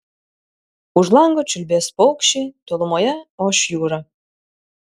už lango čiulbės paukščiai tolumoje oš jūra